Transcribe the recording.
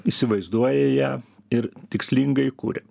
įsivaizduoja ją ir tikslingai kuria